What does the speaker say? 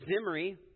Zimri